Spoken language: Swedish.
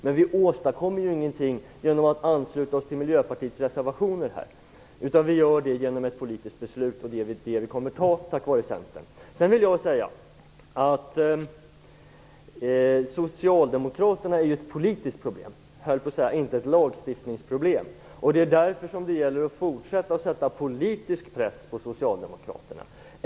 Men vi åstadkommer ju ingenting genom att ansluta oss till Miljöpartiets reservationer här - det gör vi genom ett politiskt beslut, och ett sådant kommer vi att fatta, tack vare Centern. Sedan vill jag säga att socialdemokraterna är ju ett politiskt problem, inte ett lagstiftningsproblem. Därför gäller det att fortsätta att sätta politisk press på Socialdemokraterna.